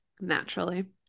naturally